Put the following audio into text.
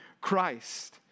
Christ